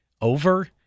over